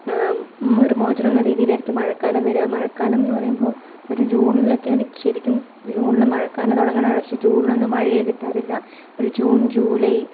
ഒരു മോചനം എന്ന രീതിയിലായിരിക്കും മഴക്കാലം വരിക മഴക്കാലം എന്നു പറയുമ്പോൾ ഒരു ജൂണിലൊക്കെയാണ് ശരിക്കും ജൂണിൽ മഴക്കാലം തുടങ്ങണതാണ് പക്ഷേ ജൂണിലൊന്നും മഴയെ കിട്ടാറില്ല ഒരു ജൂൺ ജൂലൈ